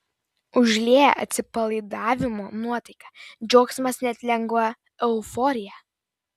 užlieja atsipalaidavimo nuotaika džiaugsmas net lengva euforija